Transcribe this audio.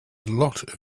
lot